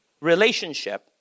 relationship